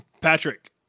Patrick